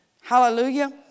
Hallelujah